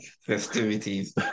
festivities